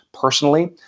personally